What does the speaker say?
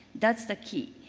that's the key.